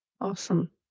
Awesome